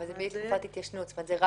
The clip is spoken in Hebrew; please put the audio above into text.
זו רק